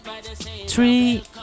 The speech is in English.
three